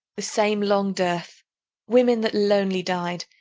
the same long dearth women that lonely died,